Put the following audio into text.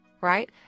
Right